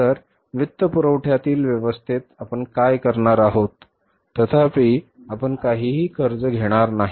तर वित्तपुरवठ्यातील व्यवस्थेत आपण काय करणार आहोत तथापि आपण काहीही कर्ज घेणार नाही